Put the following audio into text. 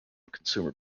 consumer